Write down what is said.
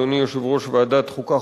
אדוני יושב-ראש ועדת החוקה,